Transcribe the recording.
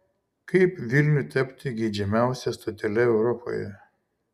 kaip vilniui tapti geidžiamiausia stotele europoje